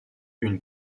une